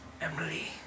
Emily